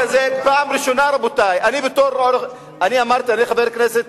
אני חבר כנסת,